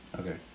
Okay